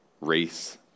race